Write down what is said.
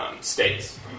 states